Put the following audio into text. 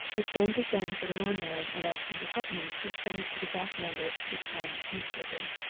has been to send for the landlord, and ask him to help me to a sight of the back numbers of the times newspaper.